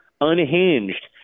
unhinged